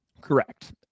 Correct